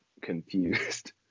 confused